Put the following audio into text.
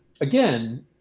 Again